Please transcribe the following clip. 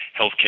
healthcare